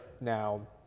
Now